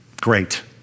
Great